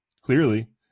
clearly